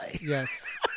Yes